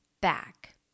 back